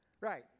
Right